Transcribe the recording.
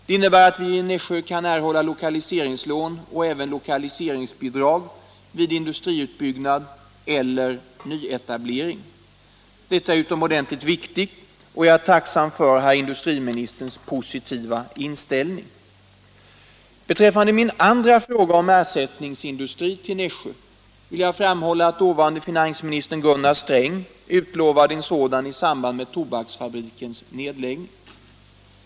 Det innebär att vi i Nässjö kan erhålla lokaliseringslån och även lokaliseringsbidrag vid industriutbyggnad eller nyetablering. Detta är utomordentligt, och jag är tacksam för herr industriministerns positiva inställning. Beträffande min andra fråga, om ersättningsindustri till Nässjö, vill jag framhålla att dåvarande finansministern Gunnar Sträng utlovade en sådan i samband med tobaksfabrikens nedläggning.